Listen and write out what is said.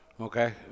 Okay